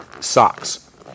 socks